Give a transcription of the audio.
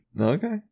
Okay